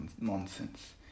nonsense